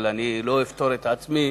אבל אני לא אפטור את עצמי